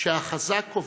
שהחזק קובע,